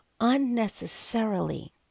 unnecessarily